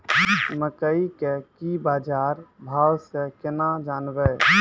मकई के की बाजार भाव से केना जानवे?